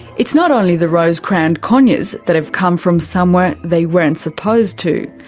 it's not only the rose-crowned conures that have come from somewhere they weren't supposed to.